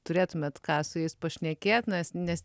turėtumėt ką su jais pašnekėt nes nes